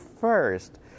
first